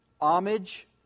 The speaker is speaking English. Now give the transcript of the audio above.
homage